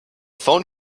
phone